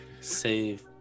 save